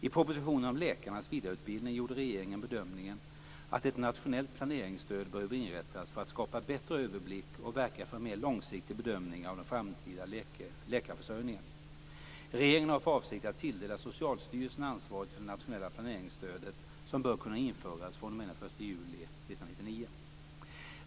I propositionen om läkarnas vidareutbildning gjorde regeringen bedömningen att ett nationellt planeringsstöd behöver inrättas för att skapa bättre överblick och verka för en mer långsiktig bedömning av den framtida läkarförsörjningen. Regeringen har för avsikt att tilldela Socialstyrelsen ansvaret för det nationella planeringsstödet som bör kunna införas fr.o.m. den 1 juli 1999.